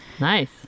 Nice